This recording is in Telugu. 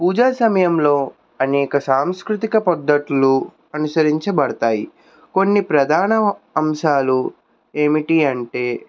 పూజా సమయంలో అనేక సాంస్కృతిక పద్ధతులు అనుసరించబడతాయి కొన్ని ప్రధాన అంశాలు ఏమిటి అంటే